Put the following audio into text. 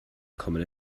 kommen